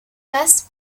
passent